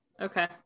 Okay